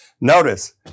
Notice